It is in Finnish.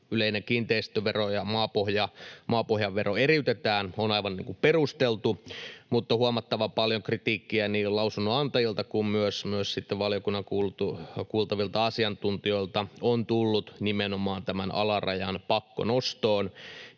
yleinen kiinteistövero ja maapohjan vero eriytetään, on aivan perusteltu, mutta huomattavan paljon kritiikkiä niin lausunnonantajilta kuin myös sitten valiokunnan kuultavilta asiantuntijoilta on tullut nimenomaan tämän alarajan pakkonostosta,